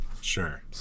Sure